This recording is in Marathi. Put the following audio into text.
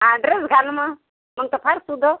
हा ड्रेस घाल ना मग मग तर घाल तुझं